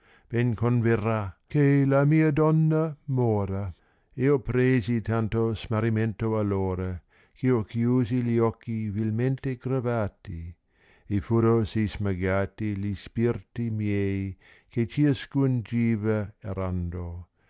terrà che la mia donna mora io presi tanto smarrimento allora ch io chiusi gli occhi vilmente gravati e furo sì smagati gli spirti miei che ciascun giva errando